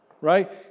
right